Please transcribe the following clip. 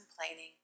complaining